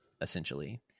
essentially